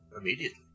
immediately